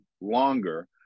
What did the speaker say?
longer